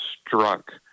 struck